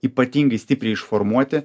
ypatingai stipriai išformuoti